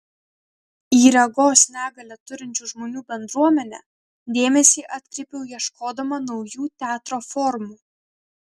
į regos negalią turinčių žmonių bendruomenę dėmesį atkreipiau ieškodama naujų teatro formų